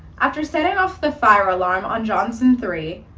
after setting off the fire alarm on johnson three,